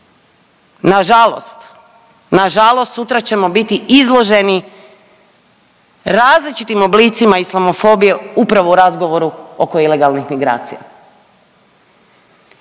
nažalost sutra ćemo biti izloženi različitim oblicima islamofobije upravo u razgovoru oko ilegalnih migracija.